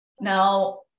Now